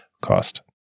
cost